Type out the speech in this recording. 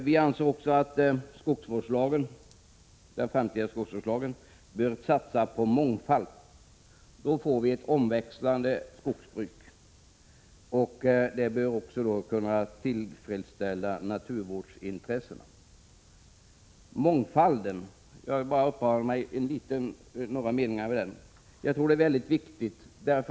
Vi anser också att den framtida skogsvårdslagen bör inriktas på mångfald. Då får vi ett omväxlande skogsbruk, vilket också bör kunna tillfredsställa naturvårdsintressena. Jag vill något uppehålla mig vid mångfalden. Jag tror att detta är en mycket viktig sak.